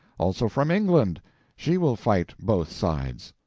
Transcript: also from england she will fight both sides.